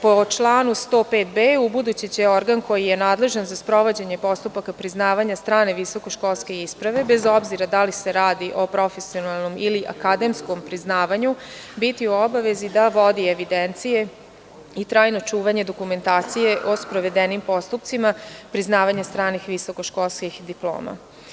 Po članu 105b u buduće će organ koji je nadležan za sprovođenje postupaka strane visokoškolske isprave, bez obzira da li se radi o profesionalnom ili akademskom priznavanju, biti u obavezi da vodi evidenciju i trajno čuvanje dokumentacije o sprovedenim postupcima priznavanja stranih visokoškolskih diploma.